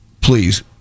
please